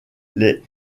les